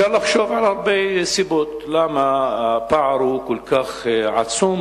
אפשר לחשוב על הרבה סיבות למה הפער הוא כל כך עצום,